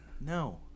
No